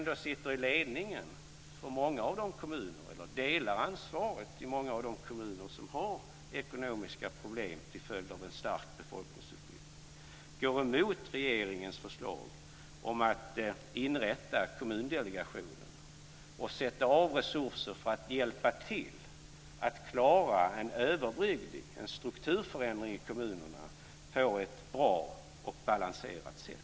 De sitter i ledningen eller delar ansvaret i många av de kommuner som har ekonomiska problem till följd av en stark befolkningsutflyttning. Ändå går de emot regeringens förslag om att inrätta kommundelegationen och sätta av resurser för att hjälpa till att klara en överbryggning, en strukturförändring i kommunerna, på ett bra och balanserat sätt.